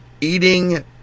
eating